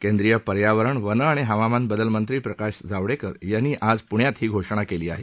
केंद्रीय पर्यावरण वन आणि हवामान बदल मंत्री प्रकाश जावडेकर यांनी आज पुण्यात ही घोषणा केली आहे